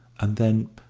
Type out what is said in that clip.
and then,